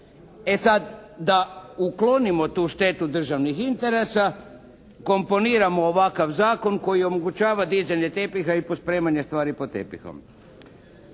E sad, da uklonimo tu štetu državnih interesa komponiramo ovakav zakon koji omogućava dizanje tepiha i pospremanje stvari pod tepihom.